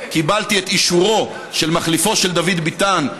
קיבלתי את אישורו של מחליפו של דוד ביטן,